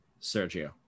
sergio